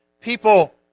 people